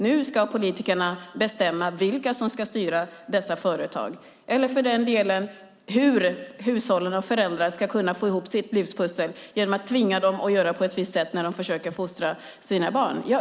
Nu ska politikerna bestämma vilka som ska styra dessa företag och hur hushållen och föräldrar ska kunna få ihop livspusslet genom att tvinga dem att göra på ett visst sätt när de försöker fostra sina barn.